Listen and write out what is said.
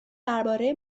درباره